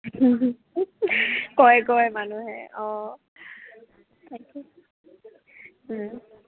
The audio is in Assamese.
কয় কয় মানুহে অঁ